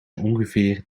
ongeveer